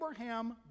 Abraham